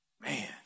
Man